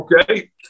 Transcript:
Okay